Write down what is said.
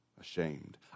ashamed